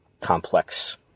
complex